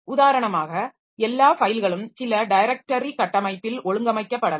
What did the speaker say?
உதாரணமாக எல்லா ஃபைல்களும் சில டைரக்டரி கட்டமைப்பில் ஒழுங்கமைக்கப்படலாம்